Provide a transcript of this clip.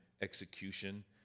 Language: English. execution